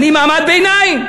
אני מעמד ביניים,